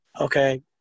Okay